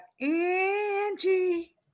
Angie